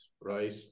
right